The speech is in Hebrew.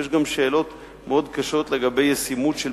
יש גם שאלות מאוד קשות לגבי הישימות של